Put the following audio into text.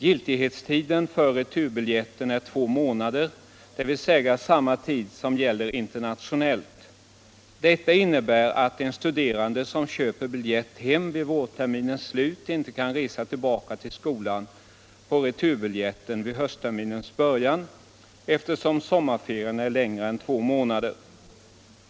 Giltighetstiden för returbiljetten är två månader, dvs. samma tid som gäller internationellt. Detta innebär att studerande som köper biljett hem vid vårterminens slut inte kan resa tillbaka till skolan på returbiljetten vid höstterminens början, eftersom sommarferierna är längre än två månader.